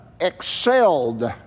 excelled